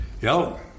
Yo